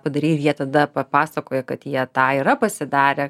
padarei ir jie tada papasakoja kad jie tą yra pasidarę